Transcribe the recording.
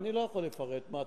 אני לא יכול לפרט מה התוכניות.